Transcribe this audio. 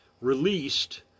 released